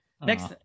Next